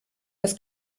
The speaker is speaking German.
das